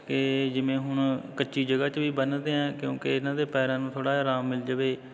ਕਿ ਜਿਵੇਂ ਹੁਣ ਕੱਚੀ ਜਗ੍ਹਾ 'ਚ ਵੀ ਬੰਨ੍ਹਦੇ ਹਾਂ ਕਿਉਂਕਿ ਇਹਨਾਂ ਦੇ ਪੈਰਾਂ ਨੂੰ ਥੋੜ੍ਹਾ ਜਿਹਾ ਆਰਾਮ ਮਿਲ ਜਾਵੇ